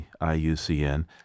IUCN